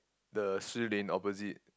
the Shilin opposite